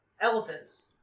elephants